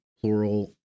plural